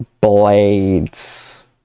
blades